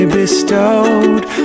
bestowed